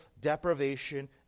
deprivation